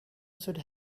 should